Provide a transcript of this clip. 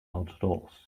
outdoors